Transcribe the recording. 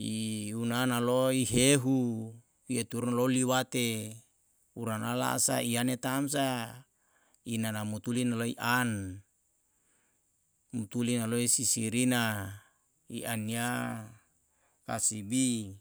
i una naloi hehu i eturu loli wate uranala sa iane tamsa i nana mutuli na lai an, mtuli naloi si sirina i an ya kasibi